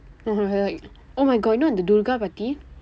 he will be like oh my god you know at the durga party